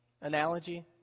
analogy